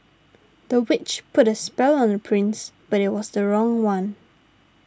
the witch put a spell on the prince but it was the wrong one